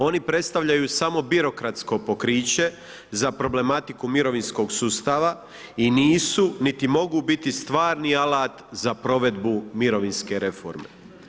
Oni predstavljaju samo birokratsko pokriće za problematiku mirovinskog sustava i nisu niti mogu biti stvarni alat za provedbu mirovinske reforme.